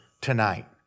tonight